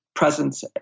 presence